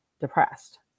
depressed